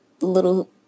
little